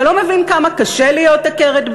אתה לא מבין כמה קשה להיות עקרת-בית?